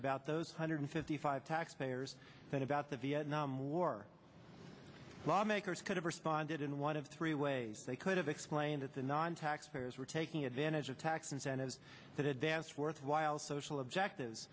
about those hundred fifty five taxpayers than about the vietnam war lawmakers could have responded in one of three ways they could have explained that the non tax payers were taking advantage of tax incentives that advance worthwhile social objective